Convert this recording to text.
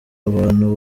abantu